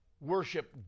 worship